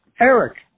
Eric